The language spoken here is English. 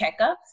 checkups